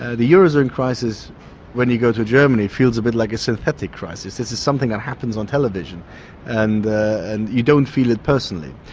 ah the eurozone crisis when you go to germany feels a bit like a synthetic crisis, this is something that happens on television and and you don't feel it personally,